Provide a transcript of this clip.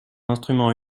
instrument